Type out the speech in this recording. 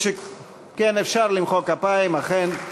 כן, אפשר למחוק כפיים, אכן.